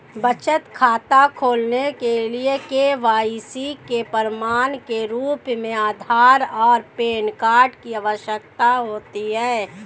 बचत खाता खोलने के लिए के.वाई.सी के प्रमाण के रूप में आधार और पैन कार्ड की आवश्यकता होती है